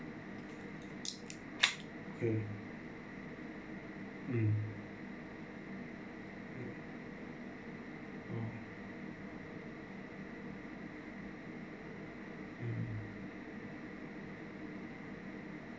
um mm